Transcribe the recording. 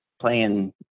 playing